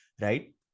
right